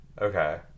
Okay